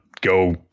go